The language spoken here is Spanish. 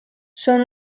son